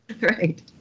Right